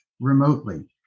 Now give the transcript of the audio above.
remotely